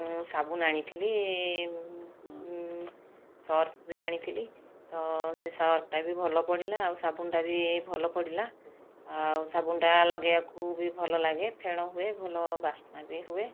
ମୁଁ ସାବୁନ ଆଣିଥିଲି ସର୍ଫ ବି ଆଣିଥିଲି ତ ସେ ସର୍ଫଟା ବି ଭଲ ପଡ଼ିଲା ଆଉ ସାବୁନଟା ବି ଭଲ ପଡ଼ିଲା ଆଉ ସାବୁନଟା ଲଗେଇବାକୁ ବି ଭଲ ଲାଗେ ଫେଣ ହୁଏ ଭଲ ବାସ୍ନା ବି ହୁଏ